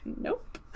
nope